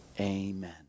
amen